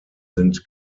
sind